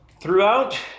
throughout